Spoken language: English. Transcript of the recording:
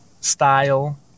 style